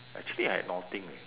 actually I have nothing eh